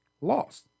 lost